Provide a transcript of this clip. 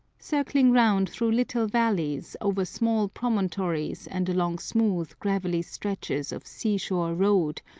circling around through little valleys, over small promontories and along smooth, gravelly stretches of sea-shore road,